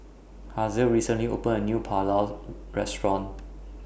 Hazelle recently opened A New Pulao Restaurant